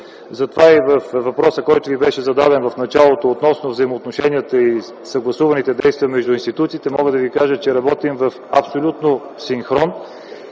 Затова и във въпроса, който ми беше зададен в началото относно взаимоотношенията и съгласуваните действия между институциите, мога да Ви кажа, че работим в синхрон